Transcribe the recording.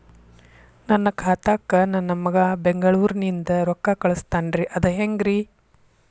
ನನ್ನ ಖಾತಾಕ್ಕ ನನ್ನ ಮಗಾ ಬೆಂಗಳೂರನಿಂದ ರೊಕ್ಕ ಕಳಸ್ತಾನ್ರಿ ಅದ ಹೆಂಗ್ರಿ?